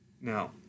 Now